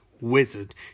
Wizard